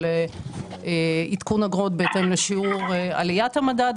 עדכון אגרות בהתאם לשיעור עליית המדד,